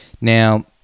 Now